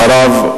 אחריו,